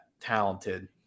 talented